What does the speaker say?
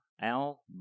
al